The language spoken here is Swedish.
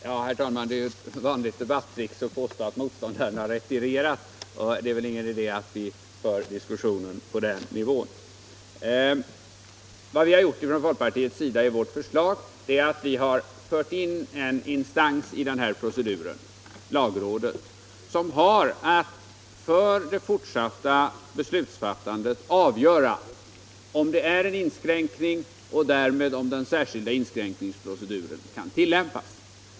Herr talman! De är ju ett vanligt debattrick att påstå att motståndaren har retirerat, och det är väl ingen idé att vi för diskussionen på den nivån. 37 Vad vi har gjort i folkpartiets förslag är att vi har fört in en instans i den här proceduren, nämligen lagrådet, som har att för det fortsatta beslutsfattandet avgöra om det gäller en inskränkning och därmed om den särskilda inskränkningsproceduren kan tillämpas.